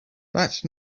that